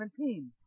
17